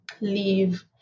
leave